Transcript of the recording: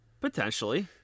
Potentially